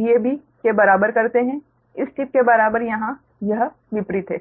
Vab के बराबर करते हैं इस टिप के बराबर यहाँ यह विपरीत है